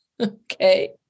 okay